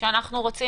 שאנחנו רוצים